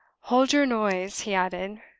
hold your noise! he added,